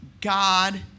God